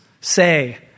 say